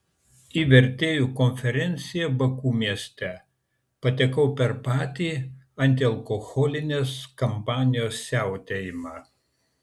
į vertėjų konferenciją baku mieste patekau per patį antialkoholinės kampanijos siautėjimą